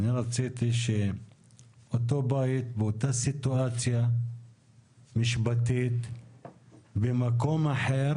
אני רציתי שאותו בית באותה סיטואציה משפטית במקום אחר